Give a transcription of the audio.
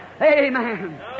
Amen